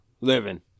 living